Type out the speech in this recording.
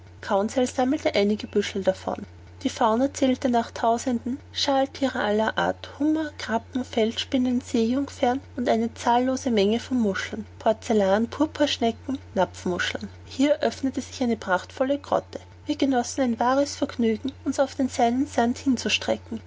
sammelte einige büschel davon die fauna zählte nach tausenden schalthiere aller art hummer krabben palämon feldspinnen seejungfern und eine zahllose menge von muscheln porzellan purpurschnecken napfmuscheln hier öffnete sich eine prachtvolle grotte wir genossen ein wahres vergnügen uns auf den seinen sand